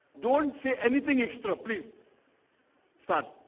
don't say anything extra, please start